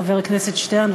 חבר הכנסת שטרן,